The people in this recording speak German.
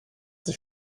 sich